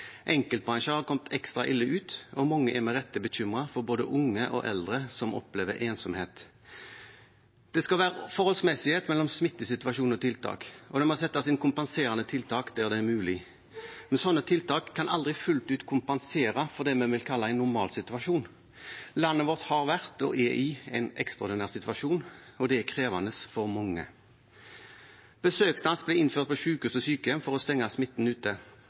Enkeltbransjer har kommet ekstra ille ut, og mange er med rette bekymret for både unge og eldre som opplever ensomhet. Det skal være forholdsmessighet mellom smittesituasjon og tiltak, og det må settes inn kompenserende tiltak der det er mulig, men slike tiltak kan aldri fullt ut kompensere for det vi kan kalle en normalsituasjon. Landet vårt har vært og er i en ekstraordinær situasjon, og det er krevende for mange. Besøksrestriksjoner ble innført på sykehjem og sykehus for å stenge smitten ute.